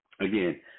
Again